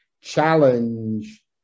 challenge